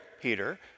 Peter